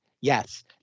yes